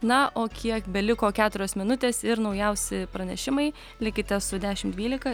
na o kiek beliko keturios minutės ir naujausi pranešimai likite su dešim dvylika